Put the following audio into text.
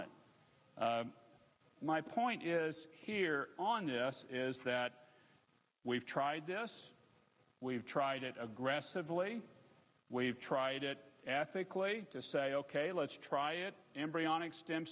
my point is here on this is that we've tried this we've tried it aggressively we've tried it ethically to say ok let's try it embryonic stem